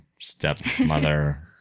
stepmother